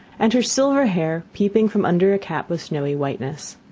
and her silver hair peeping from under a cap of snowy whiteness.